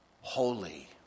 holy